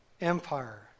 Empire